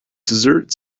dessert